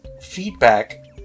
feedback